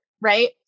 Right